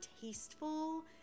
tasteful